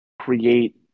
create